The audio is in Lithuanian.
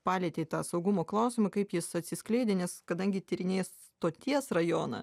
palietei tą saugumo klausimą kaip jis atsiskleidė nes kadangi tyrinėji stoties rajoną